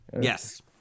Yes